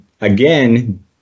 again